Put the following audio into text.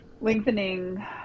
lengthening